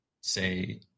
say